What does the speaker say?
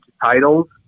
titles